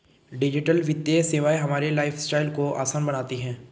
digital वित्तीय सेवाएं हमारे लाइफस्टाइल को आसान बनाती हैं